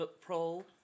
pro